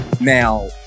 now